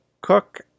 cook